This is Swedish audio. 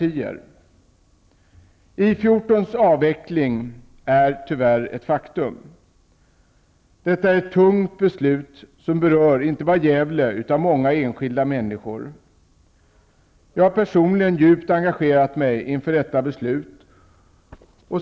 I 14:s avveckling är tyvärr ett faktum. Detta är ett tungt beslut, som berör inte bara Gävle utan många enskilda människor. Jag har personligen djupt engagerat mig inför detta beslut.